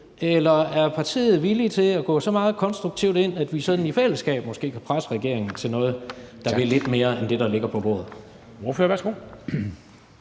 eller er partiet villig til at gå så meget konstruktivt ind, at vi måske sådan i fællesskab kan presse regeringen til noget, der vil lidt mere end det, der ligger på bordet?